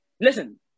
listen –